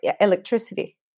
electricity